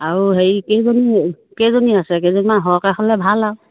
আৰু হেৰি কেইজনী কেইজনী আছে কেইজনমান সৰহকে হ'লে ভাল আৰু